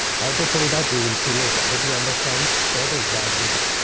how to fill that we will see later, but you understand what is bad data.